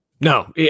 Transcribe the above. No